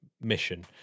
mission